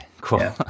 cool